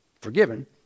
Forgiven